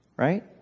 Right